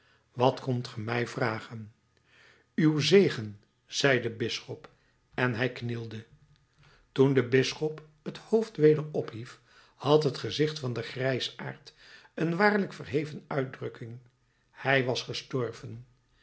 wat komt ge mij vragen uw zegen zei de bisschop en hij knielde toen de bisschop het hoofd weder ophief had het gezicht van den grijsaard een waarlijk verheven uitdrukking hij was gestorven